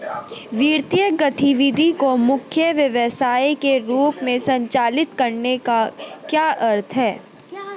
वित्तीय गतिविधि को मुख्य व्यवसाय के रूप में संचालित करने का क्या अर्थ है?